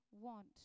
want